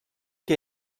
que